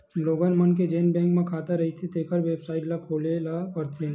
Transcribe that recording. लोगन मन के जेन बैंक म खाता रहिथें तेखर बेबसाइट ल खोले ल परथे